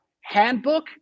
handbook